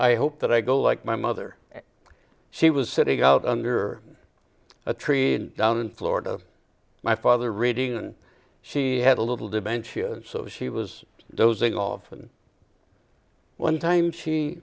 i hope that i go like my mother and she was sitting out under a tree down in florida my father reading and she had a little dementia so she was dozing off and one time she